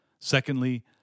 Secondly